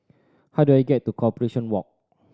how do I get to Corporation Walk